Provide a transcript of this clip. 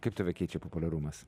kaip tave keičia populiarumas